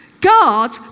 God